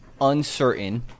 uncertain